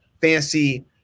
fancy